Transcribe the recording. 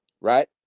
right